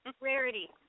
Rarity